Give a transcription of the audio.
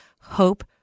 Hope